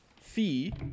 fee